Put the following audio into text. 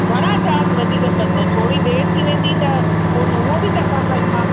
घणा चार्ज वधीक कंदो थोरी देरि थी वेंदी त हुन उहो बि त असां मां